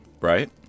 Right